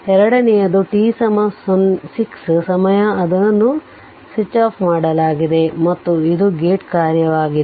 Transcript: ಎರಡನೆಯದು t 6 ಸಮಯ ಅದನ್ನು ಸ್ವಿಚ್ ಆಫ್ ಮಾಡಲಾಗಿದೆ ಮತ್ತು ಇದು ಗೇಟ್ ಕಾರ್ಯವಾಗಿದೆ